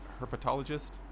herpetologist